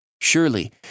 Surely